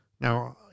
now